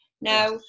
now